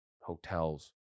hotels